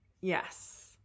Yes